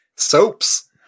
soaps